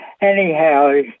Anyhow